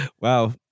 wow